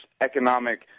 economic